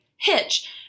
Hitch